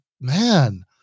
man